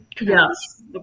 Yes